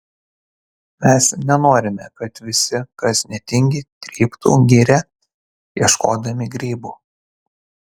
mes nenorime kad visi kas netingi tryptų girią ieškodami grybų